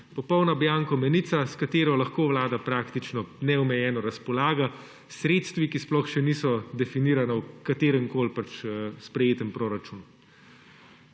Popolna bianko menica, s katero lahko Vlada praktično neomejeno razpolaga s sredstvi, ki sploh še niso definirana v kateremkoli sprejetem proračunu.